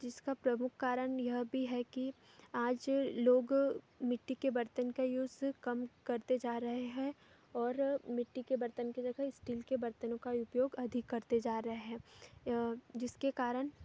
जिसका प्रमुख कारण यह भी है कि आज लोग मिट्टी के बर्तन का यूज़ कम करते जा रहे हैं और मिट्टी के बर्तन के जगह इस्टील के बर्तनों का उपयोग अधिक करते जा रहे हैं जिसके कारण